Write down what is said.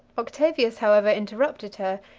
octavius, however, interrupted her,